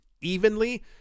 evenly